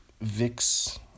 vix